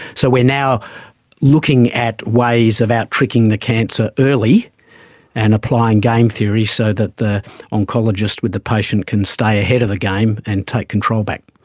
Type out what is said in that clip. so we are now looking at ways about tricking the cancer early and applying game theory so that the oncologist with the patient can stay ahead of the game and take control back.